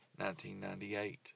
1998